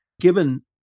given